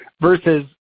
versus